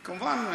וכמובן,